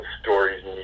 Stories